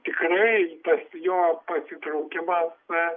tikrai tas jo pasitraukimas be